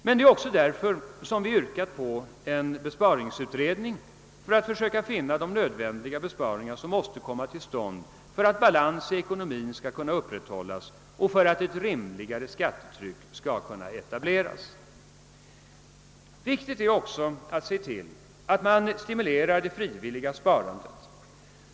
Men det är också därför som vi har yrkat på en bespa ringsutredning för att försöka finna de nödvändiga besparingar som måste komma till stånd för att balans i ekonomin skall kunna upprätthållas och för att ett rimligare skattetryck skall kunna etableras. Viktigt är också att se till att man stimulerar det frivilliga sparandet.